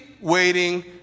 waiting